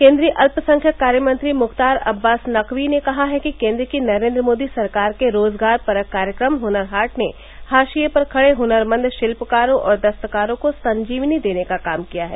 केन्द्रीय अल्पसंख्यक कार्यमंत्री मुख्तार अब्बास नकवी ने कहा है कि केन्द्र की नरेन्द्र मोदी सरकार के रोजगार परक कार्यक्रम हुनर हाट ने हांशिये पर खड़े हुनरमंद शिल्पकारों और दस्तकारों को संजीवनी देने का काम किया है